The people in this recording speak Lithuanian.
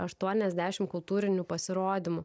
aštuoniasdešim kultūrinių pasirodymų